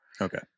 Okay